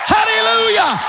Hallelujah